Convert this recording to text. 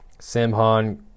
Samhan